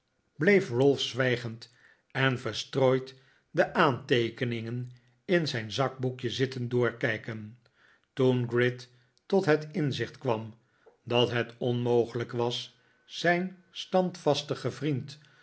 ralph zwijgend en verstrooid de aanteekeningen in zijn zakboekje zitten doorkijken toen gride tot het inzicht kwam dat het onmogelijk was zijn standvastigen vriend